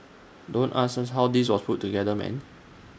don't ask us how this was put together man